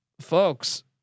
Folks